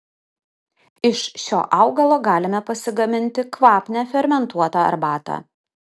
iš šio augalo galime pasigaminti kvapnią fermentuotą arbatą